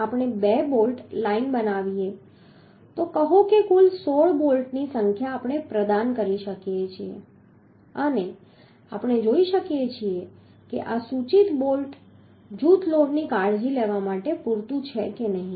આપણે બે bolt line બનાવીએ તો કહો કે કુલ 16 બોલ્ટની સંખ્યા આપણે પ્રદાન કરી શકીએ છીએ અને આપણે જોઈ શકીએ છીએ કે આ સૂચિત બોલ્ટ જૂથ લોડની કાળજી લેવા માટે પૂરતું છે કે નથી